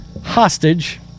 hostage